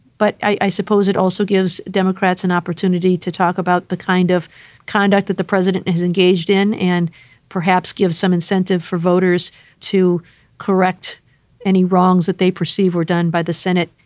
but i suppose it also gives democrats an opportunity to talk about the kind of conduct that the president and has engaged in and perhaps give some incentive for voters to correct any wrongs that they perceive were done by the senate.